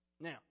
Now